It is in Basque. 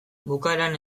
bukaeran